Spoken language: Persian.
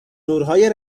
نورهای